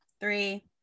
three